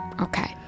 Okay